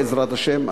בעזרת השם,